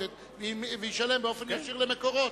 את המכונית